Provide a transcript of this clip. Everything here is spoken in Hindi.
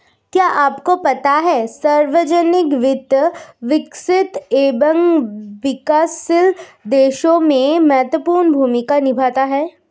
क्या आपको पता है सार्वजनिक वित्त, विकसित एवं विकासशील देशों में महत्वपूर्ण भूमिका निभाता है?